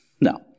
no